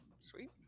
Sweet